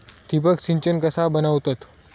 ठिबक सिंचन कसा बनवतत?